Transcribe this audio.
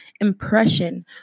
impression